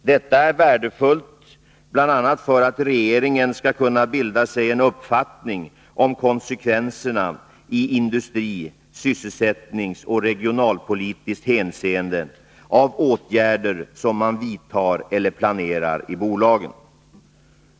Detta är värdefullt bl.a. för att regeringen skall kunna bilda sig en uppfattning om konsekvenserna i industri-, sysselsättningsoch regionalpolitiskt hänseende av åtgärder som man vidtar eller planerar i bolagen.